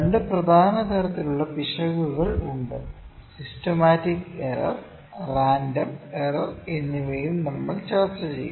രണ്ട് പ്രധാന തരത്തിലുള്ള പിശകുകൾ ഉണ്ട് സിസ്റ്റമാറ്റിക് എറർ റാൻഡം എറർ എന്നിവയും നമ്മൾ ചർച്ച ചെയ്യും